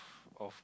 of